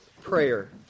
prayer